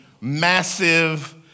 massive